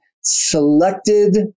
selected